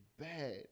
bad